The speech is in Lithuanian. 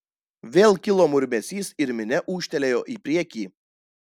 vėl kilo murmesys ir minia ūžtelėjo į priekį